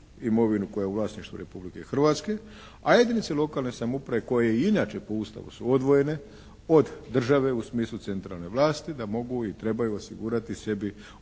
imovinu koja je u vlasništvu Republike Hrvatske, a jedinice lokalne samouprave koje i inače po Ustavu su odvojene od države u smislu centralne vlasti da mogu i trebaju osigurati sebi